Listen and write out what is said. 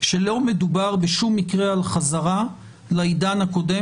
שלא מדובר בשום מקרה על חזרה לעידן הקודם